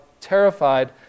terrified